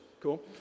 Cool